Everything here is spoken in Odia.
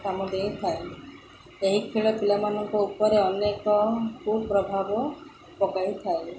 କାମ ଦେଇଥାଏ ଏହି ଖେଳ ପିଲାମାନଙ୍କ ଉପରେ ଅନେକ କୁପ୍ରଭାବ ପକାଇଥାଏ